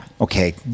Okay